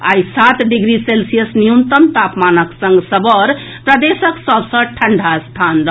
आइ सात degree Celsius न्यूनतम तापमानक संग सबौर प्रदेशक सभ सॅ ठंडा स्थान रहल